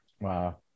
Wow